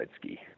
ski